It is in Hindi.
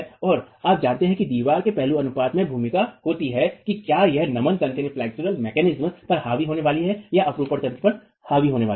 और आप जानते हैं कि दीवार के पहलू अनुपात में एक भूमिका होती है कि क्या यह नमन तंत्र पर हावी होने वाली है या अपरूपण तंत्र पर हावी होने वाली है